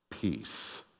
Peace